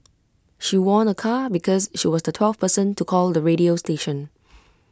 she won A car because she was the twelfth person to call the radio station